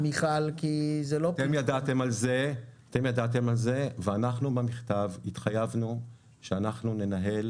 אתם ידעתם על זה ואנחנו במכתב התחייבנו שאנחנו ננהל